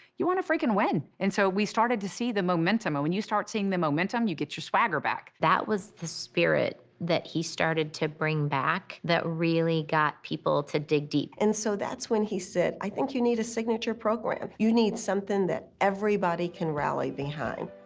you want to freaking win. and so we started to see the momentum, and when you start seeing the momentum you get your swagger back. that was the spirit that he started to bring back that really got people to dig deep. and so that's when he said, i think you need a signature program. you need something that everybody can rally behind.